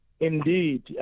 Indeed